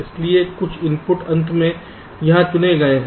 इसलिए कुछ इनपुट अंत में यहां चुने गए हैं